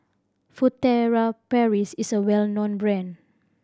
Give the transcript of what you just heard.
Furtere Paris is a well known brand